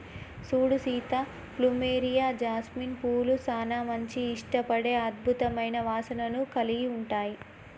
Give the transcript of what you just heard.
సూడు Sita plumeria, jasmine పూలు సానా మంది ఇష్టపడే అద్భుతమైన వాసనను కలిగి ఉంటాయి